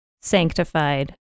sanctified